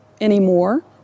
anymore